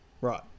Right